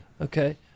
Okay